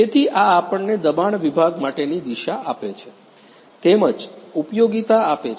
તેથી આ આપણને દબાણ વિભાગ માટેની દિશા આપે છે તેમ જ ઉપયોગિતા આપે છે